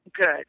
good